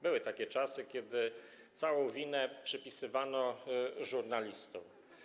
Były takie czasy, kiedy całą winę przypisywano żurnalistom.